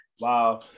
Wow